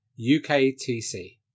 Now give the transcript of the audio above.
uktc